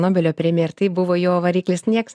nobelio premija ir tai buvo jo variklis nieks